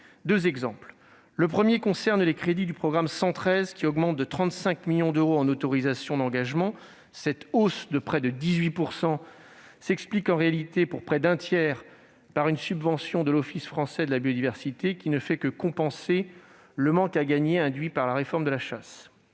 deux exemples. Premièrement, si les crédits du programme 113 augmentent de 35 millions d'euros en autorisations d'engagement, cette hausse de près de 18 % s'explique en réalité, pour près d'un tiers, par une subvention à l'Office français de la biodiversité qui ne fait que compenser le manque à gagner induit par la réforme de la chasse.